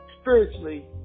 spiritually